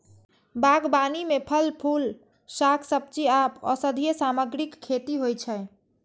बागबानी मे फल, फूल, शाक, सब्जी आ औषधीय सामग्रीक खेती होइ छै